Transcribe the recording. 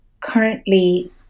currently